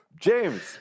James